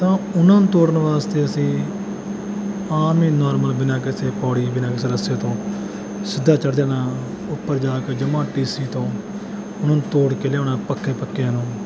ਤਾਂ ਉਹਨਾਂ ਨੂੰ ਤੋੜਨ ਵਾਸਤੇ ਅਸੀਂ ਆਮ ਹੀ ਨੋਰਮਲ ਬਿਨਾਂ ਕਿਸੇ ਪੌੜੀ ਬਿਨਾਂ ਕਿਸੇ ਰੱਸੇ ਤੋਂ ਸਿੱਧਾ ਚੜ੍ਹ ਜਾਣਾ ਉੱਪਰ ਜਾ ਕੇ ਜਮ੍ਹਾਂ ਟੀਸੀ ਤੋਂ ਉਹਨਾਂ ਨੂੰ ਤੋੜ ਕੇ ਲਿਆਉਣਾ ਪੱਕੇ ਪੱਕਿਆਂ ਨੂੰ